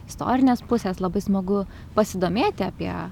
istorinės pusės labai smagu pasidomėti apie